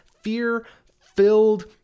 fear-filled